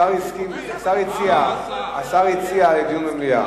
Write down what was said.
השר הציע דיון במליאה.